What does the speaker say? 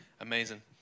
Amazing